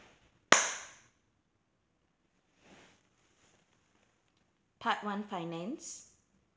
part one finance